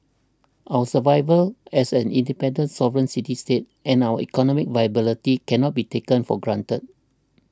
our survival as an independent sovereign city state and our economic viability cannot be taken for granted